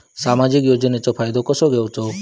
सामाजिक योजनांचो फायदो कसो घेवचो?